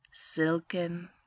silken